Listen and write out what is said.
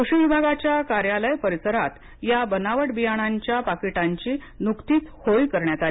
कृषी विभागाच्या कार्यालय परिसरात या बनावट बियाणांच्या पाकिटांची नुकतीच होळी करण्यात आली